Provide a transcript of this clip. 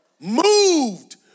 Moved